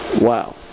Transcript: Wow